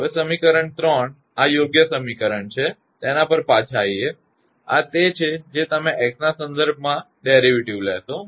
હવે સમીકરણ 3 આ એક યોગ્ય સમીકરણ છે તમે સમીકરણ 3 પર પાછા આવો આ તે છે જે તમે x ના સંદર્ભમાં આની વ્યુત્પન્ન લેશો